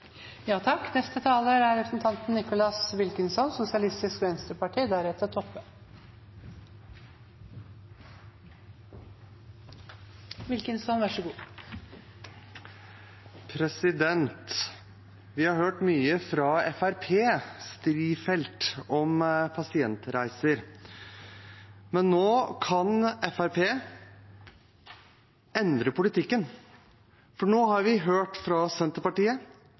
Vi har hørt mye fra Fremskrittspartiets Strifeldt om pasientreiser. Men nå kan Fremskrittspartiet endre politikken, for nå har vi hørt fra Senterpartiet